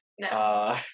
No